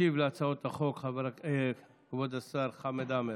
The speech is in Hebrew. ישיב על הצעות החוק כבוד השר חמד עמאר.